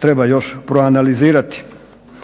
treba još proanalizirati.